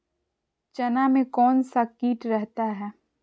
चना में कौन सा किट रहता है?